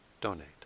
Donate